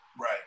Right